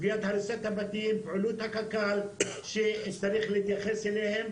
סוגיית הריסת הבתים שצריך להתייחס אליה.